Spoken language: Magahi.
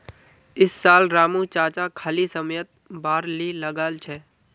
इस साल रामू चाचा खाली समयत बार्ली लगाल छ